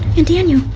and daniel,